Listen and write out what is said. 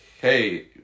hey